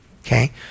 okay